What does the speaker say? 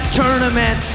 tournament